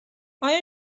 آیا